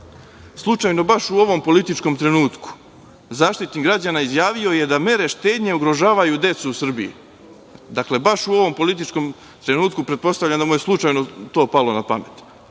Slučajno, baš u ovom političkom trenutku, Zaštitnik građana je izjavio da mere štednje ugrožavaju decu u Srbiji. Dakle, baš u ovom političkom trenutku, pretpostavljam da mu je slučajno to palo na pamet. Saša